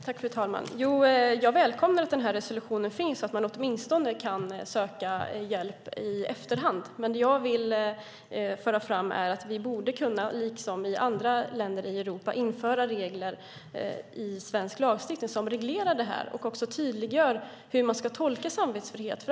Fru talman! Jag välkomnar att resolutionen finns och att man åtminstone kan söka hjälp i efterhand. Men vad jag vill föra fram är att vi, liksom andra länder i Europa, borde kunna införa regler i lagstiftningen som reglerar det här och också tydliggör hur man ska tolka samvetsfrihet.